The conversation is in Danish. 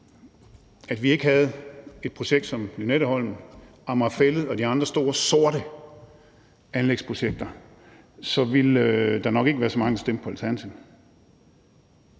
at vi ikke havde et projekt som Lynetteholmen og Amager Fælled og de andre store sorte anlægsprojekter, så ville der nok ikke være så mange, der stemte på Alternativet.